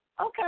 Okay